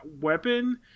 weapon